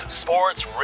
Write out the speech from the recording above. Sports